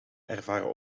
ervaren